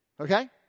Okay